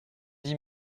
dix